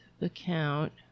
account